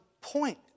point